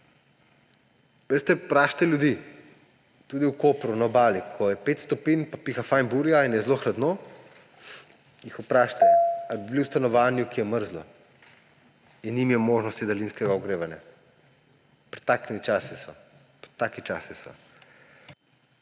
ampak vprašajte ljudi. Tudi v Kopru, na Obali, ko je 5 stopinj pa piha fino burja in je zelo hladno, jih vprašajte, ali bi bili v stanovanju, ki je mrzlo in nimajo možnosti daljinskega ogrevanja. Pred takimi časi smo, taki časi so.